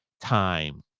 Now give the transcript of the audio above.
time